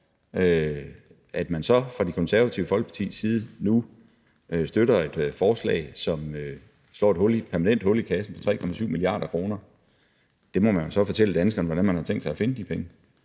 Når man fra Det Konservative Folkepartis side nu støtter et forslag, som slår et permanent hul i kassen på 3,7 mia. kr., så må man jo fortælle danskerne, hvordan man har tænkt sit at finde de penge.